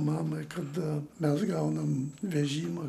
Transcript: mamai kada mes gaunam vežimą